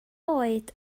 oed